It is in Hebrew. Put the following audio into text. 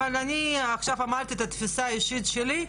אבל אני עכשיו אמרתי את התפיסה האישית שלי,